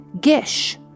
Gish